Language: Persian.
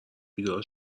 بیدار